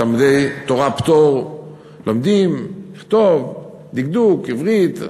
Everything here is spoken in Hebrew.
בתלמודי-תורה פטור לומדים לכתוב, דקדוק, עברית,